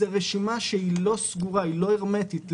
זוהי רשימה לא סגורה, היא לא הרמטית.